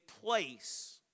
place